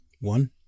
one